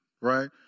right